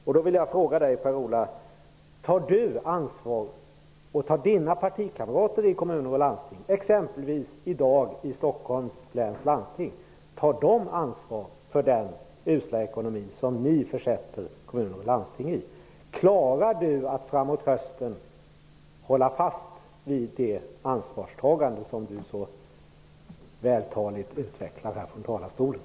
Jag vill då fråga Per-Ola Eriksson: Tar Per-Ola Eriksson och hans partikamrater i kommuner och landsting - exempelvis i dag i Stockholms läns landsting - ansvar för den usla ekonomi som ni försätter kommuner och landsting i? Klarar Per-Ola Eriksson att framåt hösten hålla fast vid det ansvarstagandet som han så vältaligt utvecklar här från talarstolen?